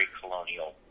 colonial